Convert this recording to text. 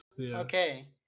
Okay